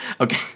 okay